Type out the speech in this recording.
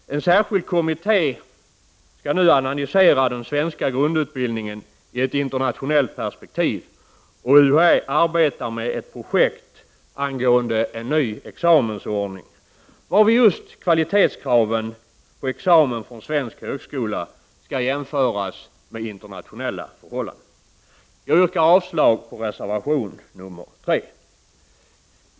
En särskild kommitté skall nu analysera den svenska grundutbildningen i ett internationellt perspektiv, och UHÄ arbetar med ett projekt angående en ny examensordning, varvid just kvalitetskraven på examen från svensk högskola skall jämföras med internationella förhållanden. Jag yrkar därför avslag på reservation 3.